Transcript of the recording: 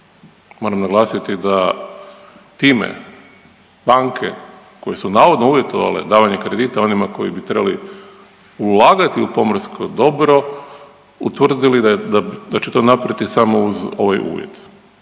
Moram naglasiti da time banke koje su navodno uvjetovale davanje kredita onima koji bi trebali ulagati u pomorsko dobro, utvrdili da će to napraviti samo uz ovaj uvjet.